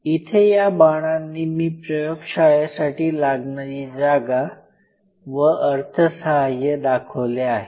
इथे या बाणांनी मी प्रयोगशाळेसाठी लागणारी जागा व अर्थसहाय्य दाखवले आहे